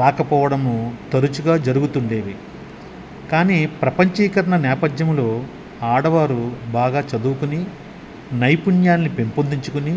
రాకపోవడము తరుచుగా జరుగుతుండేవి కానీ ప్రపంచీకరణ నేపథ్యంములో ఆడవారు బాగా చదువుకుని నైపుణ్యాలని పెంపొందించుకుని